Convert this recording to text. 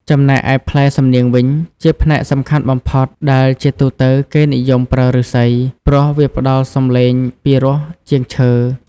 ចំណែកឯផ្លែសំនៀងវិញ ជាផ្នែកសំខាន់បំផុត ដែលជាទូទៅគេនិយមប្រើឫស្សី ព្រោះវាផ្ដល់សំឡេងពីរោះជាងឈើ។